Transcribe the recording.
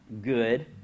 good